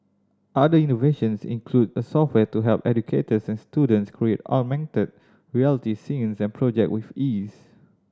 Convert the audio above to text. other innovations include a software to help educators and students create augmented reality scenes and project with ease